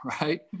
right